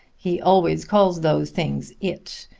he always calls those things it,